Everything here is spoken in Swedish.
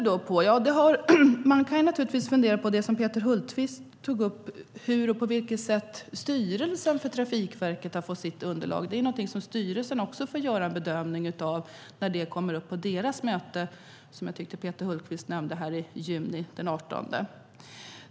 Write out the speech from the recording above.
Man kan naturligtvis fundera på det som Peter Hultqvist tog upp om hur och på vilket sätt styrelsen för Trafikverket har fått sitt underlag. Det är någonting som styrelsen också får göra en bedömning av när det kommer upp på deras möte, som jag tyckte att Peter Hultqvist nämnde, den 18 juni.